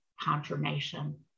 confirmation